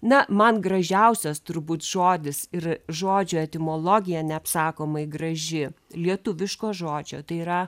na man gražiausias turbūt žodis ir žodžio etimologija neapsakomai graži lietuviško žodžio tai yra